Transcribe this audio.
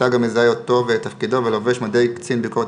תג המזהה אותו ואת תפקידו ולובש מדי קצין ביקורת